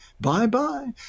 Bye-bye